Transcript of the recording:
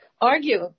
argue